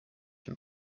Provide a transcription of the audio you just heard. from